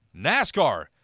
NASCAR